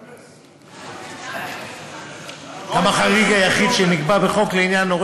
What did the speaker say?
גם החריג היחיד שנקבע בחוק לעניין הורה